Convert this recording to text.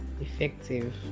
effective